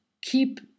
keep